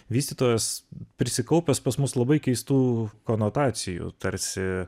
vystytojas prisikaupęs pas mus labai keistų konotacijų tarsi